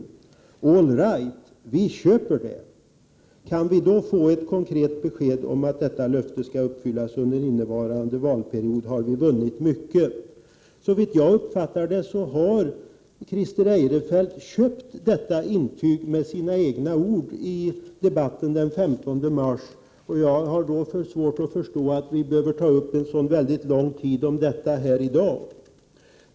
All right — vi köper det! Kan vi då få ett konkret besked om att detta löfte skall uppfyllas under innevarande valperiod har vi vunnit mycket.” Såvitt jag uppfattar det har Christer Eirefelt köpt detta intyg med sina egna ord i debatten den 15 mars. Jag har svårt att förstå att vi behöver använda så lång tid för detta i dag.